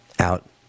out